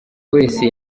wese